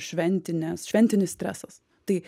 šventinės šventinis stresas tai